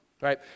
right